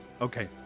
Okay